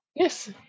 Yes